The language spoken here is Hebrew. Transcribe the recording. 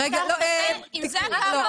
לא, אני מבקשת.